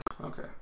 Okay